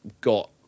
got